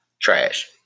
trash